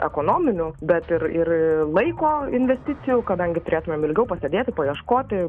ekonominių bet ir ir laiko investicijų kadangi turėtumėm ilgiau pasėdėti paieškoti